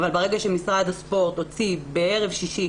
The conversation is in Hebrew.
אבל ברגע שמשרד הספורט הוציא בערב שישי